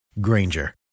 Granger